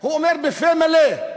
הוא אומר בפה מלא,